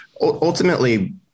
Ultimately